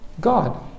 God